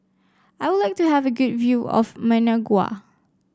I would like to have a good view of Managua